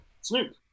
Snoop